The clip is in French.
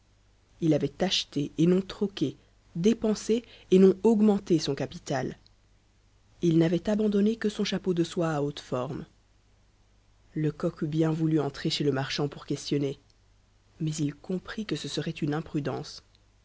il avait acheté et non troqué dépensé et non augmenté son capital il n'avait abandonné que son chapeau de soie à haute forme lecoq eût bien voulu entrer chez le marchand pour questionner mais il comprit que ce serait une imprudence